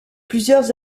plusieurs